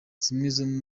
zimwe